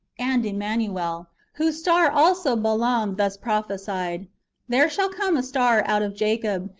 and emmanuel whose star also balaam thus pro phesied there shall come a star out of jacob,